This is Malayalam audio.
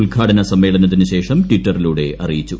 ഉദ്ഘാടന സമ്മേളനത്തിനു ശേഷം ട്വിറ്ററിലൂടെ അറിയിച്ചു